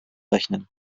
rechnen